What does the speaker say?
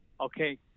okay